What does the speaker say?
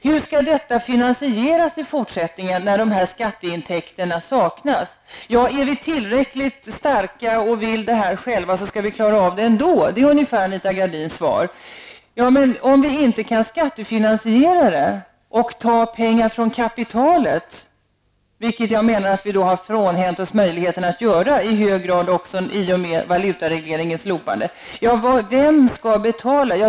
Hur skall detta finansieras i fortsättningen när dessa skatteintäkter saknas? Är vi tillräckligt starka och har vi en tillräcklig vilja kan vi klara detta. Ungefär så svarar Anita Gradin. Men om vi inte kan skattefinansiera detta och ta pengarna från kapitalet, vilket jag menar att vi har frånhänt oss möjligheten att göra i och med slopandet av valutaregleringen, vem skall betala?